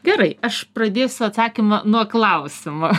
gerai aš pradėsiu atsakymą nuo klausimo